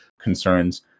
concerns